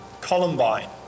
Columbine